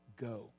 go